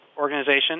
organization